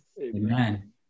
Amen